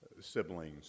siblings